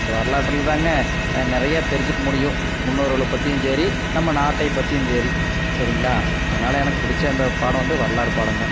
அந்த வரலாற்றில் தாங்க நிறைய தெரிஞ்சுக்க முடியும் முன்னோர்களை பற்றியும் சரி நம்ம நாட்டை பற்றியும் சரி சரிங்களா அதனால் எனக்கு பிடிச்ச அந்த பாடம் வந்து வரலாறு பாடங்க